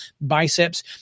biceps